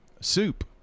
Soup